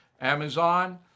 Amazon